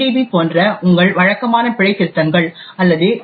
B போன்ற உங்கள் வழக்கமான பிழைத்திருத்தங்கள் அல்லது ஜி